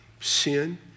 Sin